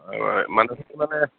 মানসিক মানে